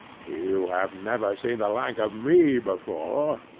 you have never seen the like of me before!